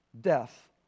death